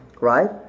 Right